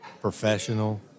professional